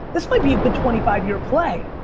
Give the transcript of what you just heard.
this might be a good twenty five year play.